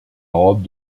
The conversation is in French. robe